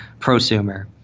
prosumer